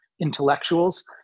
intellectuals